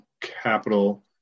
capital